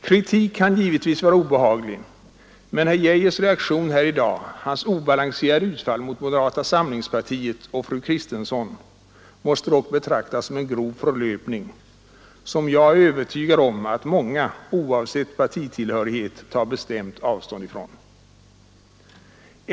Kritik kan givetvis vara obehaglig, men statsrådet Geijers reaktion här i dag, hans obalanserade utfall mot moderata samlingspartiet och fru Kristensson måste dock betraktas som en grov förlöpning som jag är övertygad om att många — oavsett partitillhörighet — tar bestämt avstånd ifrån.